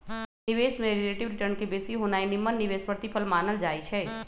निवेश में relative return के बेशी होनाइ निम्मन निवेश प्रतिफल मानल जाइ छइ